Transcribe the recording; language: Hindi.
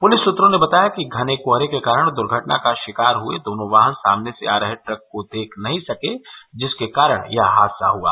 पुलिस सुत्रों ने बताया कि घने कोहरे के कारण दुर्घटना का षिकार हये दोनों वाहन सामने से आ रहे ट्रक को देख नही सके जिसके कारण यह हादसा हुआ